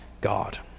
God